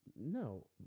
No